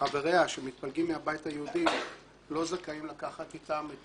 חבריה שמתפלגים מהבית היהודי לא זכאים לקחת אתם את